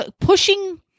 pushing